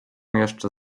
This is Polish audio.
jeszcze